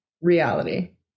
reality